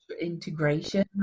integration